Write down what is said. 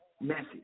message